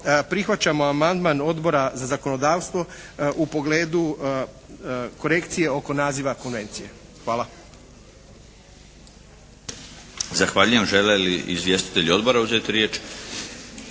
prihvaćamo amandman Odbora za zakonodavstvo u pogledu korekcije oko naziva Konvencije. Hvala. **Milinović, Darko (HDZ)** Zahvaljujem. Žele li izvjestitelji Odbora uzeti riječ?